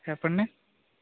చెప్పండి